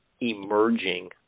emerging